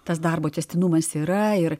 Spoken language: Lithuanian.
tas darbo tęstinumas yra ir